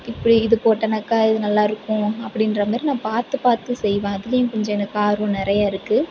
இப்படி இது போட்டனாக்கால் இது நல்லாயிருக்கும் அப்படின்ற மாதிரி நான் பார்த்து பார்த்து செய்வேன் அதிலேயும் கொஞ்சம் எனக்கு ஆர்வம் நிறையா இருக்குது